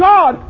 God